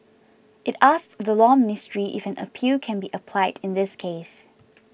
it asked the Law Ministry if an appeal can be applied in this case